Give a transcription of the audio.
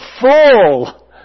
full